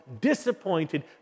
disappointed